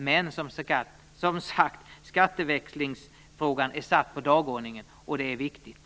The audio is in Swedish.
Men skatteväxlingsfrågan är som sagt satt på dagordningen, och det är viktigt.